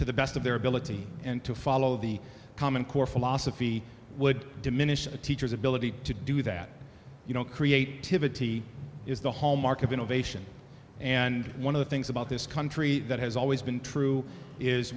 to the best of their ability and to follow the common core philosophy would diminish a teacher's ability to do that you don't create is the hallmark of innovation and one of the things about this country that has always been true is